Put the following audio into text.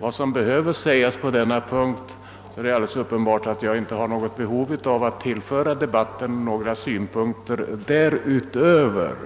vad som behöver sägas på denna punkt är det alldeles uppenbart att jag inte har något behov av att tillföra debatten några synpunkter därutöver.